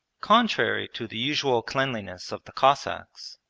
contrary to the usual cleanliness of the cossacks,